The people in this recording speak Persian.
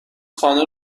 خانه